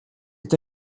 est